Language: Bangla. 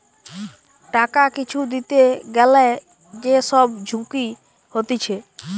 টাকা কিছু দিতে গ্যালে যে সব ঝুঁকি হতিছে